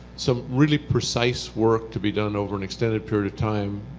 some really precise work to be done over an extended period of time,